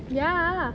ya